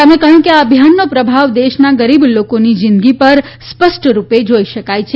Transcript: તેમણે કહ્યું કે આ અભિયાનનો પ્રભાવ દેશના ગરીબ લોકોની જીંદગી પર સ્પષ્ટરૃપે જોઇ શકાય છે